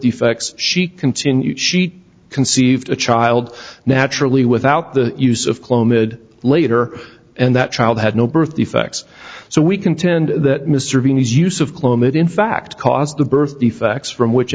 defects she continued she conceived a child naturally without the use of clomid later and that child had no birth defects so we contend that mr bean is use of clomid in fact caused the birth defects from which